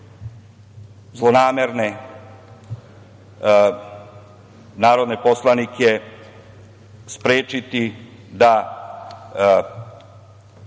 zlonamerne narodne poslanike sprečiti da